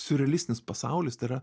siurrealistinis pasaulis tai yra